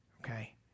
okay